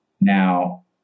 Now